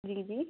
जी जी